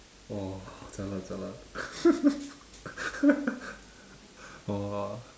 !wah! jialat jialat !wah!